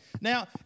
Now